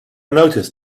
noticed